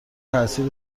تاثیر